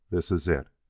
this is it.